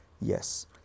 Yes